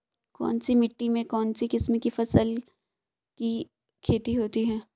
कौनसी मिट्टी में कौनसी किस्म की फसल की खेती होती है?